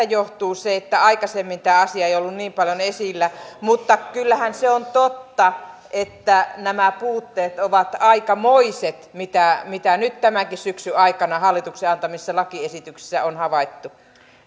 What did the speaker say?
johtuu se että aikaisemmin tämä asia ei ollut niin paljon esillä mutta kyllähän se on totta että nämä puutteet ovat aikamoiset mitä mitä nyt tämänkin syksyn aikana hallituksen antamissa lakiesityksissä on havaittu